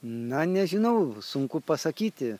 na nežinau sunku pasakyti